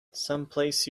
someplace